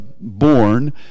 born